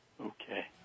Okay